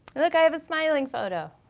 look i have a smiling photo!